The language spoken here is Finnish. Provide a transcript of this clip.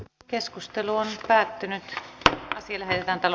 n keskusteluos päättynyt sille aika pian